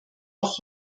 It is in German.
auch